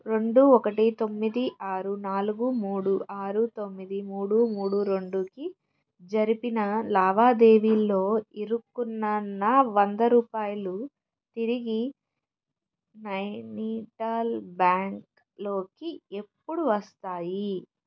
రెండు ఒకటి తొమ్మిది ఆరు నాలుగు మూడు ఆరు తొమ్మిది మూడు మూడు రెండుకి జరిపిన లావాదేవీలో ఇరుక్కున్న నా వంద రూపాయలు తిరిగి నైనిటాల్ బ్యాంక్ లోకి ఎప్పుడు వస్తాయి